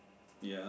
ya